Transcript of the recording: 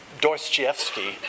Dostoevsky